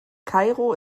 kairo